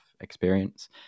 experience